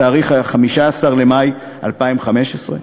בתאריך 15 במאי 2015?